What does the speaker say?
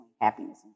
happiness